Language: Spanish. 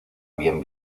bien